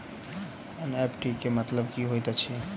NEFT केँ मतलब की होइत अछि?